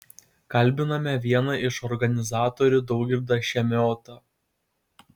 kalbiname vieną iš organizatorių daugirdą šemiotą